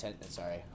Sorry